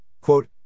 Quote